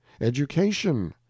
education